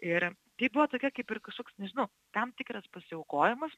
ir tai buvo tokia kaip ir kažkoks nežinau tam tikras pasiaukojimas